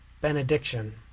benediction